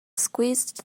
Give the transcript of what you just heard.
squeezed